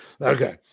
Okay